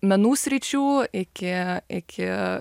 menų sričių iki iki